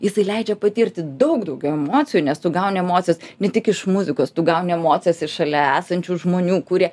jisai leidžia patirti daug daugiau emocijų nes tu gauni emocijas ne tik iš muzikos tu gauni emocijas iš šalia esančių žmonių kurie